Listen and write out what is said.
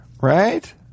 right